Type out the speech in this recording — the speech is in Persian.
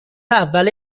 اول